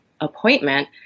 appointment